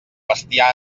bestiar